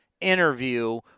interview